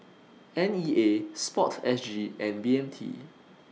N E A Sport S G and B M T